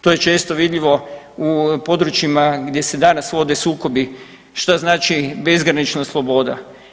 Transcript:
To je često vidljivo u područjima gdje se danas vode sukobi šta znači bezgranična sloboda.